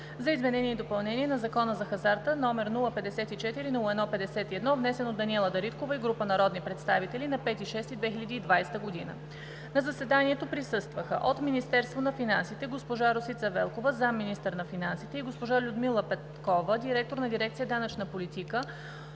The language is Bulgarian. за изменение и допълнение на Закона за хазарта, № 054-01-51, внесен от Даниела Дариткова и група народни представители на 5 юни 2020 г. На заседанието присъстваха – от Министерството на финансите: госпожа Росица Велкова – заместник-министър, и госпожа Людмила Петкова – директор на дирекция „Данъчна политика“;